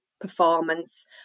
performance